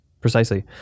precisely